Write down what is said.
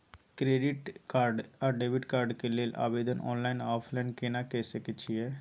Credit card आ debit card के लेल आवेदन ऑनलाइन आ ऑफलाइन केना के सकय छियै?